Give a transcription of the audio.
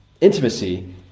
intimacy